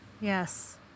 Yes